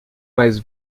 mais